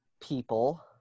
people